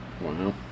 Wow